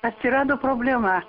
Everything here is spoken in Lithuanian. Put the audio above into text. atsirado problema